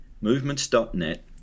movements.net